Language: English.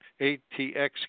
ATX